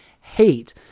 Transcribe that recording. hate